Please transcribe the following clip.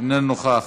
אינו נוכח.